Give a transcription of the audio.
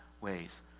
ways